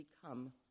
become